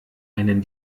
einen